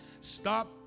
Stop